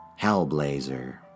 Hellblazer